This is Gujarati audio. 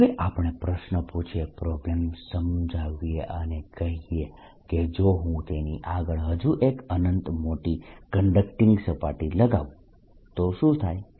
હવે આપણે પ્રશ્ન પૂછીએ પ્રોબ્લમ સમજાવીએ અને કહીએ કે જો હું તેની આગળ હજુ એક અનંત મોટી કંડકટીંગ સપાટી લગાવું તો શું થાય